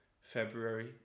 February